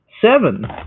Seven